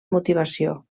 motivació